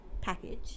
package